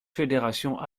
fédérations